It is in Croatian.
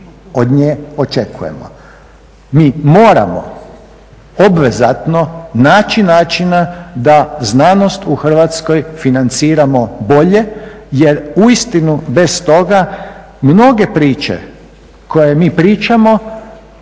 Mi moramo obvezatno naći načina da znanost u Hrvatskoj financiramo bolje jer uistinu bez toga mnoge priče koje mi pričamo